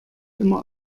immer